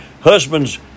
husband's